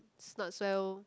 not so